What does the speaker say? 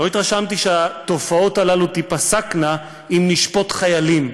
לא התרשמתי שהתופעות הללו תיפסקנה אם נשפוט חיילים.